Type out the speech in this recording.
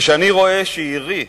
וכשאני רואה שעירי,